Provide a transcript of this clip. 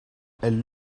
elles